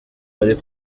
wari